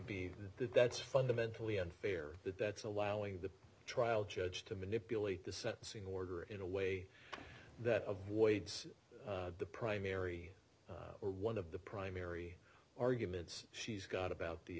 be that that's fundamentally unfair that that's allowing the trial judge to manipulate the sentencing order in a way that of wades the primary or one of the primary arguments she's got about the